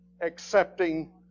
accepting